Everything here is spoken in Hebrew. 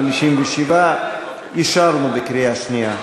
57. אושר בקריאה שנייה.